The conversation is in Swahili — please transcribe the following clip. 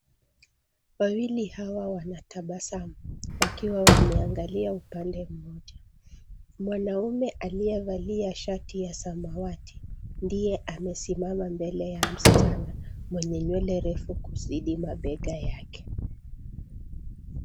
Wawili hawa wanatabasamu wakiwa wameangalia upande mmoja. Mwanaume aliyevalia shati ya samawati ndiye amesimama mbele ya msichana mwenye nywele ndefu kuzidi mabega yake.